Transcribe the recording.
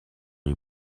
les